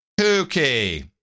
Okay